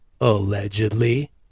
allegedly